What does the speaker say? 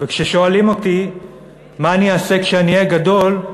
"וכששואלים אותי מה אני אעשה כשאני אהיה גדול,